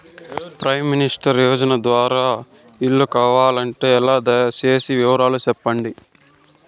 Prime minister యోజన ద్వారా ఇల్లు కావాలంటే ఎలా? దయ సేసి వివరాలు సెప్పండి?